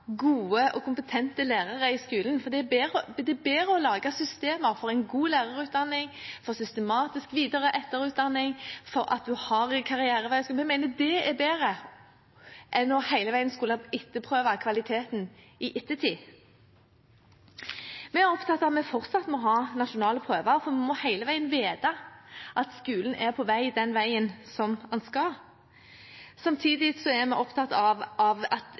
gode og kompetente lærere i skolen, at det er bedre å lage systemer for en god lærerutdanning, for systematisk videre- og etterutdanning og for at man skal ha en karrierevei, enn hele veien å skulle prøve kvaliteten i ettertid. Vi er opptatt av at vi fortsatt må ha nasjonale prøver, for vi må hele veien vite at skolen er på vei i den retningen den skal. Samtidig er vi opptatt av at